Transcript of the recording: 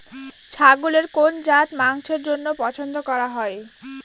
ছাগলের কোন জাত মাংসের জন্য পছন্দ করা হয়?